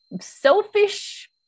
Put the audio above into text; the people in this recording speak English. selfish